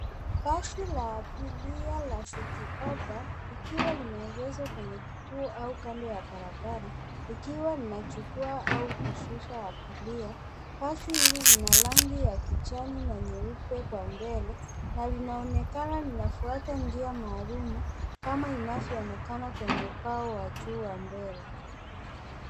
Basi la abiria la citihoppa likiwa limeegeshwa kwenye kituo au kando ya barabara. Likiwa linachukua au kushusha abiria. Basi hili lina rangi ya kijani na nyeupe kwa mbele na linaonekana linafuata njia maalum kama inavyoonekana kwenye ubao wa juu wa mbele.